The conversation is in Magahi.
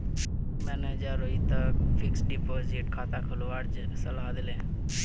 मनेजर रोहितक फ़िक्स्ड डिपॉज़िट खाता खोलवार सलाह दिले